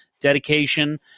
dedication